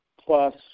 plus